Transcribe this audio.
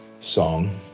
song